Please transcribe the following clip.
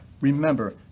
remember